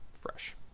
fresh